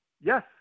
Yes